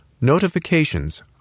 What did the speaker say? Notifications